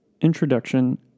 Introduction